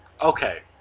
okay